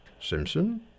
Simpson